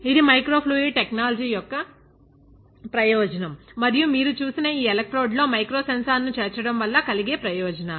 ఇది micro fluid technology యొక్క ప్రయోజనం మరియు మీరు చూసిన ఈ ఎలక్ట్రోడ్ లలో మైక్రో సెన్సార్ ను చేర్చడం వల్ల కలిగే ప్రయోజనాలు